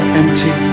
empty